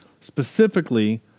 specifically